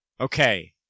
Okay